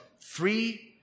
three